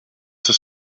das